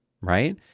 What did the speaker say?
right